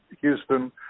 Houston